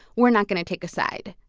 we're not going to take a side,